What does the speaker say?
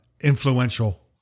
influential